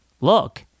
look